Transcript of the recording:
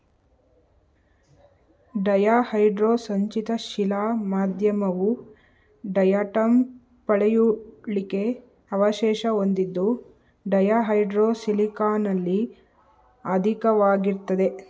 ಡಯಾಹೈಡ್ರೋ ಸಂಚಿತ ಶಿಲಾ ಮಾಧ್ಯಮವು ಡಯಾಟಂ ಪಳೆಯುಳಿಕೆ ಅವಶೇಷ ಹೊಂದಿದ್ದು ಡಯಾಹೈಡ್ರೋ ಸಿಲಿಕಾನಲ್ಲಿ ಅಧಿಕವಾಗಿರ್ತದೆ